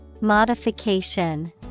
Modification